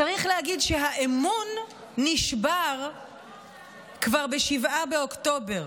צריך להגיד שהאמון נשבר כבר ב-7 באוקטובר,